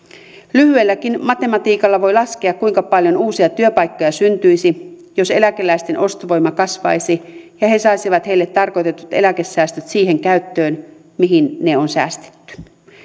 lyhyelläkin matematiikalla voi laskea kuinka paljon uusia työpaikkoja syntyisi jos eläkeläisten ostovoima kasvaisi ja he saisivat heille tarkoitetut eläkesäästöt siihen käyttöön mihin ne on säästetty